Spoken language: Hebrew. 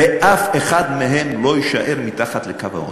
אף אחד מהם לא יישאר מתחת לקו העוני.